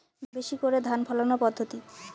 বেশি করে ধান ফলানোর পদ্ধতি?